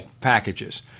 packages